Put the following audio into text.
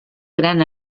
gran